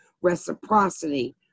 reciprocity